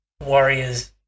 Warriors